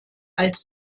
als